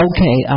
Okay